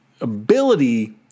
ability